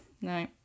no